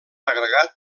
agregat